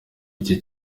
iki